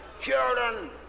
children